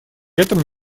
этом